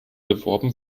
beworben